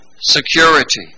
security